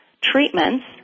treatments